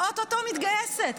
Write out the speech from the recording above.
או-טו-טו מתגייסת.